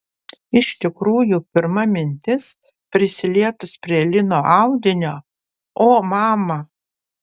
iš tikrųjų pirma mintis prisilietus prie lino audinio o mama